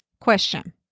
Question